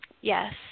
Yes